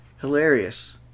Hilarious